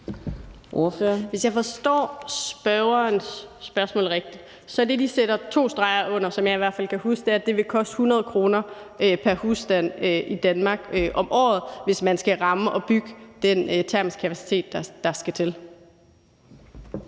Hvis jeg forstår spørgerens spørgsmål rigtigt, vil jeg sige, at det, de sætter to streger under, sådan som jeg i hvert fald kan huske det, er, at det vil koste 100 kr. pr. husstand i Danmark om året, hvis man skal ramme og bygge den termiske kapacitet, der skal til.